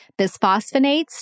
bisphosphonates